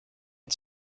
and